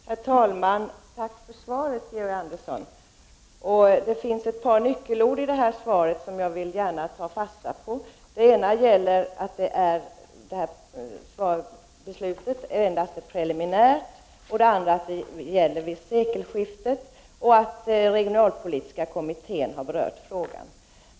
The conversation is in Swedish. Herr talman! Tack för svaret, Georg Andersson. Det finns ett par nyckelord i svaret, som jag gärna vill ta fasta på. Det gäller att beslutet endast är preliminärt, att förändringar skall ske först vid sekelskiftet och att den regionalpolitiska kommittén har berört frågan.